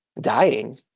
dying